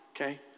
okay